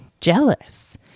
jealous